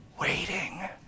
waiting